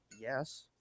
yes